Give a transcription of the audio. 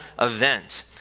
event